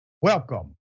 welcome